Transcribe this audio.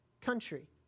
country